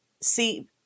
see